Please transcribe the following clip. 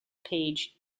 page